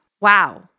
Wow